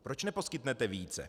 Proč neposkytnete více?